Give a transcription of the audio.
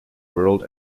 world